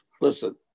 listen